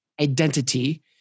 identity